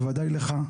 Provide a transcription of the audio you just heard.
בוודאי לך.